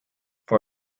for